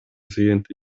zajęty